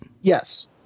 Yes